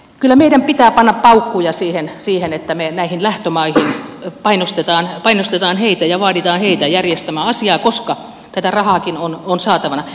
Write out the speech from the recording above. kyllä meidän pitää panna paukkuja siihen että me näihin lähtömaihin painostamme heitä ja vaadimme heitä järjestämään asian koska tätä rahaakin on saatavana